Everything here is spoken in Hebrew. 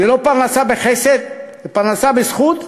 זו לא פרנסה בחסד, זו פרנסה בזכות.